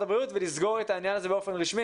הבריאות ולסגור את העניין הזה באופן רשמי.